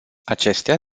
acestea